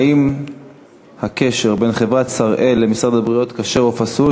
מס' 1789: האם הקשר בין חברת "שראל" למשרד הבריאות הוא כשר או פסול?